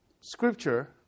Scripture